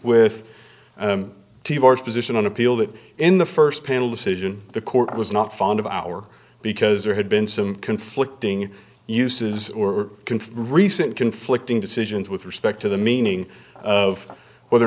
with position on appeal that in the first panel decision the court was not fond of our because there had been some conflicting uses or confirmed recent conflicting decisions with respect to the meaning of whether or